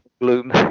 gloom